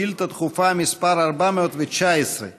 לשאילתה דחופה מס' 419,